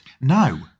No